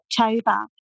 october